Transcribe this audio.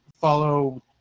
follow